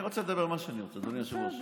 אני רוצה לדבר על מה שאני רוצה, אדוני היושב-ראש.